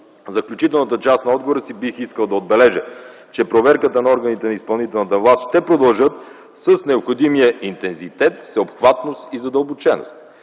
В заключителната част на отговора си бих искал да отбележа, че проверката на органите на изпълнителната власт ще продължат с необходимия интензитет, всеобхватност и задълбоченост.